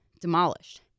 demolished